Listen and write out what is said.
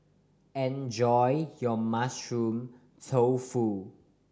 enjoy your Mushroom Tofu